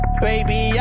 Baby